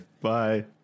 Bye